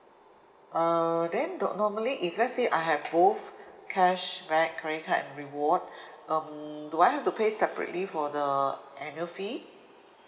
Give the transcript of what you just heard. uh then no~ normally if let's say I have both cashback credit card and reward um do I have to pay separately for the annual fee